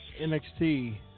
NXT